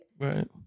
Right